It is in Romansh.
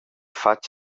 fatg